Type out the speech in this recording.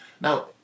Now